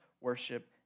worship